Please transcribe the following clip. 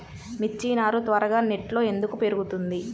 మిర్చి నారు త్వరగా నెట్లో ఎందుకు పెరుగుతుంది?